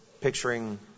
picturing